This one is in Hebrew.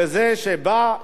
בזה שהוא בא,